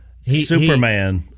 Superman